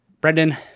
Brendan